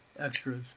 Extras